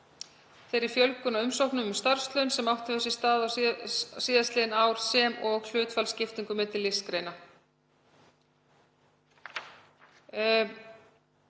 þeirri fjölgun á umsóknum um starfslaun sem átt hefur sér stað síðastliðin ár sem og hlutfallsskiptingu milli listgreina.